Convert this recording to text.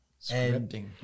Scripting